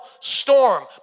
storm